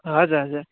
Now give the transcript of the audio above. हजुर हजुर